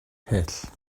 hyll